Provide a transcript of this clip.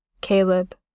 Caleb